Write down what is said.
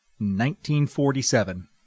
1947